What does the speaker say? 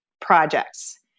projects